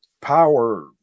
power